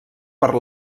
per